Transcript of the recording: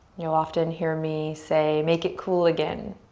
you'll often hear me say make it cool again.